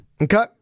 Okay